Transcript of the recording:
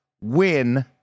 win